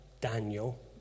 Daniel